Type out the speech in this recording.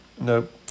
Nope